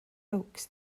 oaks